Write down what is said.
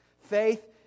Faith